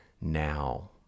now